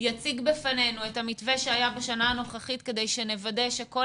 יציג בפנינו את המתווה שהיה בשנה הנוכחית כדי שנוודא שכל